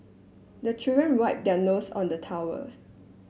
the children wipe their nose on the towel